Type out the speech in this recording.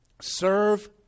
Serve